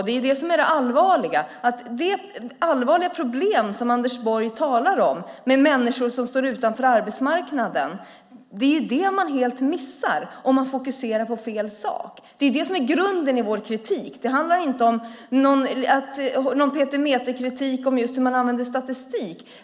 Det allvarliga problem som Anders Borg talar om med människor som står utanför arbetsmarknaden är det man helt missar om man fokuserar på fel sak. Det är det som är grunden i vår kritik. Det handlar inte om någon petimäterkritik av hur man använder statistik.